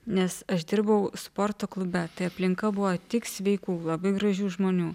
nes aš dirbau sporto klube tai aplinka buvo tik sveikų labai gražių žmonių